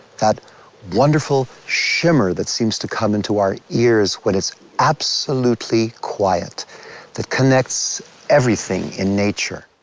that wonderful shimmer that seems to come into our ears when it's absolutely quiet that connects everything in nature.